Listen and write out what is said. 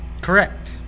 Correct